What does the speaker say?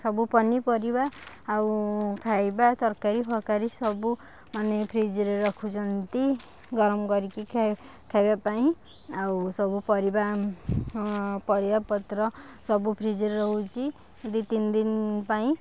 ସବୁ ପନିପରିବା ଆଉ ଖାଇବା ତରକାରୀ ଫରକାରୀ ସବୁ ମାନେ ଫ୍ରିଜରେ ରଖୁଛନ୍ତି ଗରମ କରିକି ଖା ଖାଇବା ପାଇଁ ଆଉ ସବୁ ପରିବା ପରିବା ପତ୍ର ସବୁ ଫ୍ରିଜରେ ରହୁଛି ଦୁଇ ତିନ ପାଇଁ